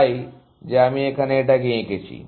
তাই যে আমি এখানে এটাই এঁকেছি